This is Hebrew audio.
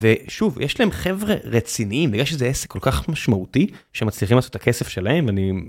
ושוב יש להם חבר'ה רציניים, בגלל שזה עסק כל כך משמעותי, שמצליחים לעשות את הכסף שלהם, אני...